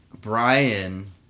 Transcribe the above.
Brian